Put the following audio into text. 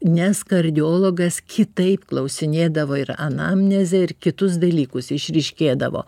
nes kardiologas kitaip klausinėdavo ir anamnezę ir kitus dalykus išryškėdavo